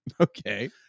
Okay